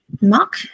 mock